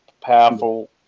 powerful